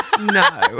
No